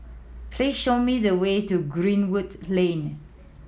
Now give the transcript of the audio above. please show me the way to Greenwood Lane